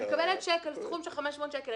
אני מקבלת צ'ק על סכום של 500 שקל,